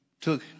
took